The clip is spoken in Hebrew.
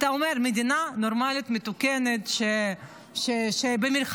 אתה אומר: מדינה נורמלית מתוקנת, במלחמה,